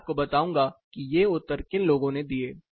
मैं आपको बताऊंगा कि ये उत्तर किन लोगों ने दिए